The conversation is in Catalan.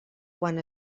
quan